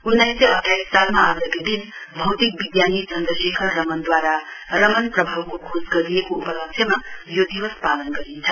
उन्नाइस सय अठाइस सालमा आजकै दिन भौतिक विज्ञानी चन्द्रशेखर रमनद्वारा रमन प्रभावको खोज गरिएको उपलक्ष्यमा यो दिवस पालन गरिन्छ